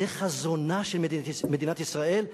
זה חזונה של מדינת ישראל?